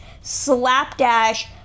slapdash